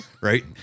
right